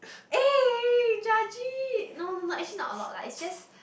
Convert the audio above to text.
eh judgy no no no actually not a lot lah it's just